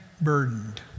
burdened